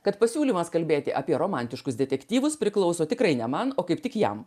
kad pasiūlymas kalbėti apie romantiškus detektyvus priklauso tikrai ne man o kaip tik jam